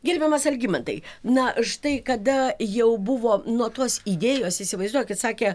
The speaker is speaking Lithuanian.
gerbiamas algimantai na štai kada jau buvo nuo tos idėjos įsivaizduokit sakė